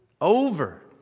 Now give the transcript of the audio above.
over